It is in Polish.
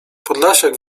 podlasiak